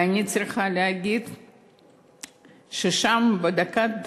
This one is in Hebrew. ואני צריכה להגיד ששם, בדקת הדומייה,